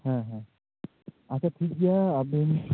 ᱦᱮᱸ ᱦᱮᱸ ᱟᱪᱪᱷᱟ ᱴᱷᱤᱠ ᱜᱮᱭᱟ ᱟᱵᱮᱱᱻ